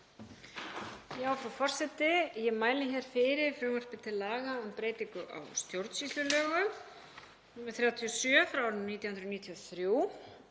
Frú forseti. Ég mæli hér fyrir frumvarpi til laga um breytingu á stjórnsýslulögum, nr. 37 frá árinu 1993.